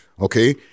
okay